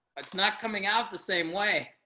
it's not coming out the same way.